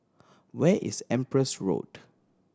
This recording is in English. where is Empress Road